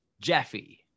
Jeffy